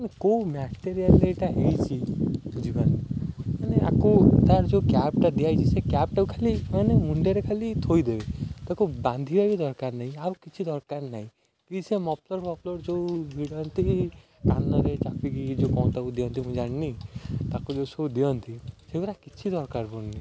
କେଉଁ ମ୍ୟାଟେରିଆଲ୍ରେ ଏଇଟା ହେଇଛି ବୁଝିପାର ମାନେ ଆକୁ ତା'ର ଯେଉଁ କ୍ୟାବ୍ଟା ଦିଆହେଇଛି ସେ କ୍ୟାବ୍ଟାକୁ ଖାଲି ମାନେ ମୁଣ୍ଡରେ ଖାଲି ଥୋଇଦେବେ ତାକୁ ବାନ୍ଧିବା ବି ଦରକାର ନାହିଁ ଆଉ କିଛି ଦରକାର ନାହିଁ କି ସେ ମଫଲର ଫପଲର ଯେଉଁ ଭିଡ଼ନ୍ତି କାନରେ ଚାପିକି ଯେଉଁ କଁ ତାକୁ ଦିଅନ୍ତି ମୁଁ ଜାଣିନି ତାକୁ ଯେଉଁ ସବୁ ଦିଅନ୍ତି ସେଗୁଡ଼ା କିଛି ଦରକାର ପଡ଼ୁନି